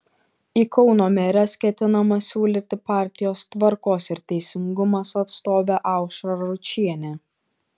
į kauno meres ketinama siūlyti partijos tvarkos ir teisingumas atstovę aušrą ručienę